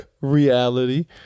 reality